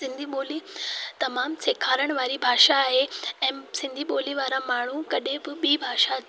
सिंधी ॿोली तमामु सेखारणु वारी भाषा आहे ऐं सिंधी ॿोली वारा माण्हू कॾहिं बि ॿी भाषा